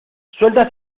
suelta